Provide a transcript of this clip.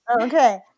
Okay